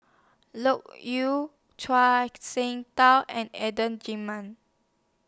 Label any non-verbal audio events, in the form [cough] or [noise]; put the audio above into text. Loke Yew [unintelligible] Shengtao and Adan Jimenez